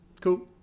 Cool